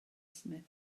smith